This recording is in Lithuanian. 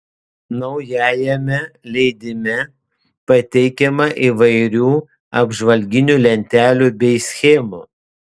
naujajame leidime pateikiama įvairių apžvalginių lentelių bei schemų